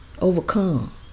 Overcome